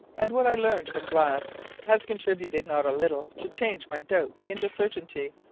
and what i learned from glass has contributed not a little to change my doubts into certainty.